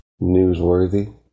newsworthy